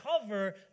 cover